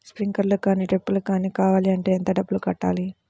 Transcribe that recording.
Sprinkler కానీ డ్రిప్లు కాని కావాలి అంటే ఎంత డబ్బులు కట్టాలి?